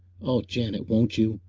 oh, janet, won't you?